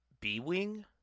B-Wing